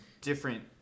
different